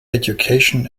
education